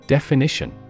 Definition